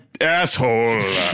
asshole